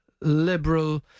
liberal